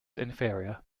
inferior